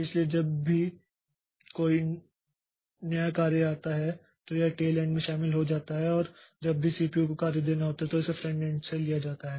इसलिए जब भी कोई नए कार्य आता है तो यह टेल एंड में शामिल हो जाती है और जब भी सीपीयू को कार्य देना होता है तो इसे फ्रंट एंड से लिया जाता है